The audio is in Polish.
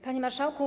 Panie Marszałku!